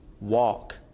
walk